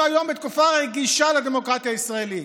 אנחנו היום בתקופה רגישה לדמוקרטיה הישראלית.